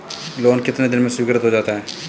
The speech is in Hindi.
लोंन कितने दिन में स्वीकृत हो जाता है?